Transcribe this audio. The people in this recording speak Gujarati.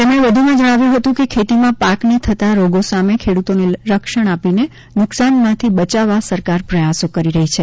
તેમણે વધુમાં જણાવ્યું હતું કે ખેતીમાં પાકને થતા રોગો સામે ખેડૂતોને રક્ષણ આપીને નુકશાન માંથી બચાવવા સરકાર પ્રયાસો કરી રહી છે